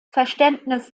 verständnis